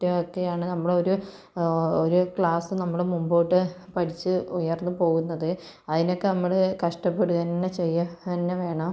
മറ്റും ഒക്കെയാണ് നമ്മള് ഒരു ഒരു ക്ലാസ് നമ്മള് മുമ്പോട്ട് പഠിച്ച് ഉയർന്നു പോകുന്നത് അതിനൊക്കെ നമ്മള് കഷ്ടപ്പെടുക തന്നെ ചെയ്യുക തന്നെ വേണം